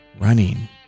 running